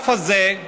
הסחף הזה,